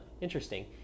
interesting